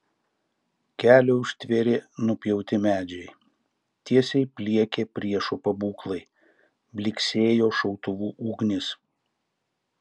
kelią užtvėrė nupjauti medžiai tiesiai pliekė priešo pabūklai blyksėjo šautuvų ugnys